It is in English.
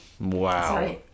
Wow